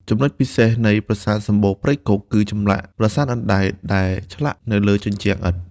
ចំណុចពិសេសនៃប្រាសាទសំបូរព្រៃគុក គឺចម្លាក់ "ប្រាសាទអណ្តែត" ដែលឆ្លាក់នៅលើជញ្ជាំងឥដ្ឋ។